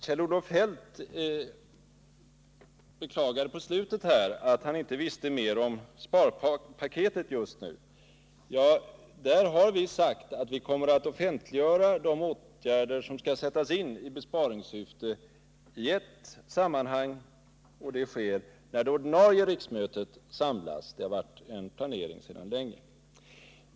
Herr talman! I slutet av sin replik beklagade sig Kjell-Olof Feldt över att han inte just nu visste mer om sparpaketet. Vi har sagt att vi kommer att offentliggöra de åtgärder som skall sättas in i besparingssyfte i ett sammanhang, nämligen när det ordinarie riksmötet samlas. Det har planerats sedan länge.